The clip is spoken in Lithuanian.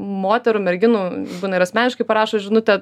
moterų merginų būna ir asmeniškai parašo žinutę